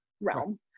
realm